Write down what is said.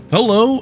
Hello